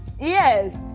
Yes